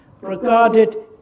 regarded